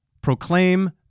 Proclaim